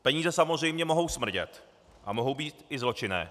Peníze samozřejmě mohou smrdět a mohou být i zločinné.